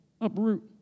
uproot